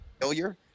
Failure